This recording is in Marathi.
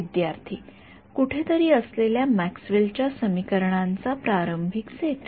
विद्यार्थीः कुठेतरी असलेल्या मॅक्सवेल च्या समीकरणांचा प्रारंभिक सेट